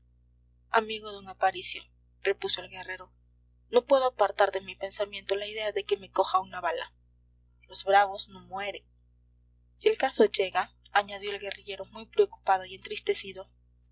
amigo d aparicio repuso el guerrero no puedo apartar de mi pensamiento la idea de que me coja una bala los bravos no mueren si el caso llega añadió el guerrillero muy preocupado y entristecido